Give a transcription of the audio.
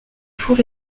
four